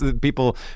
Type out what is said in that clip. people